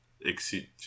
exceed